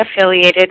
affiliated